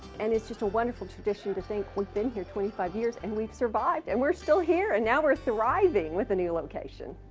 and it's just a wonderful tradition to think we've been here twenty five years and we've survived and we are still here. and now we are thriving with a new location.